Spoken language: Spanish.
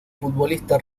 futbolista